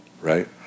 Right